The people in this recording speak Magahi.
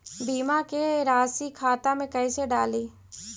बीमा के रासी खाता में कैसे डाली?